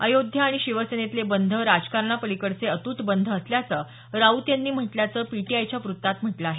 अयोध्या आणि शिवसेनेतले बंध राजकारणापलिकडचे अतूट बंध असल्याचं राऊत यांनी म्हटल्याचं पीटीआयच्या वृत्तात म्हटल आहे